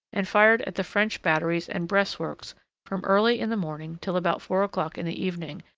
and fired at the french batteries and breastworks from early in the morning till about four o'clock in the evening,